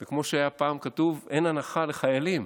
זה כמו שפעם היה כתוב: אין הנחה לחיילים.